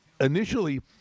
initially